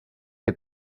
che